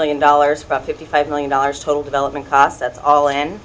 million dollars from fifty five million dollars total development cost that's all and